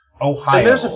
Ohio